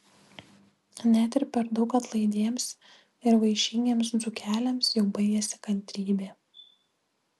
net ir per daug atlaidiems ir vaišingiems dzūkeliams jau baigiasi kantrybė